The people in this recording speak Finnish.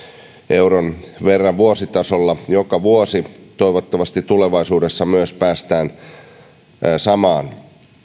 euron verran vuositasolla joka vuosi toivottavasti myös tulevaisuudessa päästään samaan